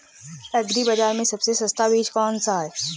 Agree बाज़ार में सबसे सस्ता बीज कौनसा है?